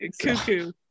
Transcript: Cuckoo